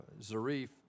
Zarif